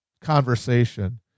conversation